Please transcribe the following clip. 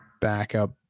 backup